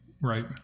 right